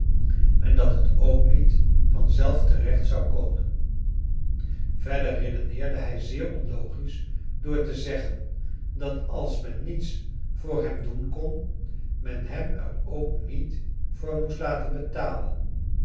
en dat het ook niet van zelf terecht zou komen verder redeneerde hij zeer onlogisch door te zeggen dat a s men niets voor hem doen kon men hem er ook niet voor moest laten betalen